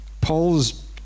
Paul's